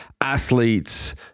athletes